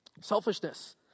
Selfishness